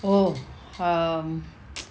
oh um